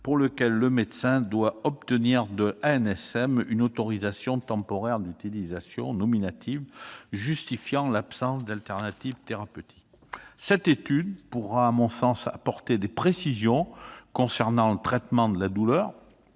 pour lesquels le médecin doit obtenir de l'ANSM une autorisation temporaire d'utilisation nominative justifiant l'absence d'alternative thérapeutique. L'étude précédemment mentionnée pourra, à mon sens, apporter des précisions concernant le traitement de la douleur,